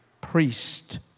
priest